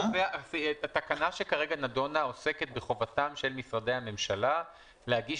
התקנה שכרגע נדונה עוסקת בחובתם של משרדי הממשלה להגיש